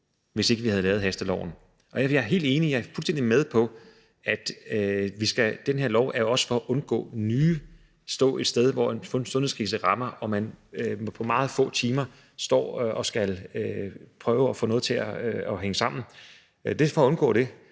hvis ikke vi havde lavet hasteloven. Jeg er helt enig i, og jeg er fuldstændig med på, at den her lov også er for at undgå, at nye skal stå et sted, hvor en sundhedskrise rammer og man på meget få timer skal prøve at få noget til at hænge sammen; det er for at undgå det.